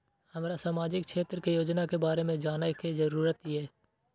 हमरा सामाजिक क्षेत्र के योजना के बारे में जानय के जरुरत ये?